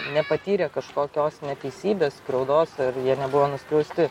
nepatyrę kažkokios neteisybės skriaudos ar jie nebuvo nuskriausti